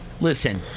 Listen